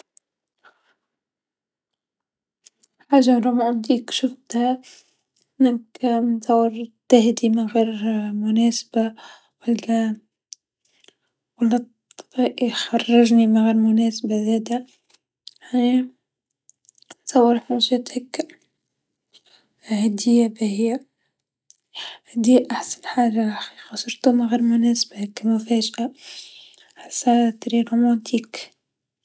حاجه رومونتيك شفتها أنك نتصور تهدي من غير مناسبه و لا، و لا يخرجني من غير مناسبه زادا، يعني نتصور حاجه يعطيك هديه باهيا هذي أحسن حاجه حقيقه خاصة من غير مناسبه هاكا مفاجئه نحسها برشا رومونتيك.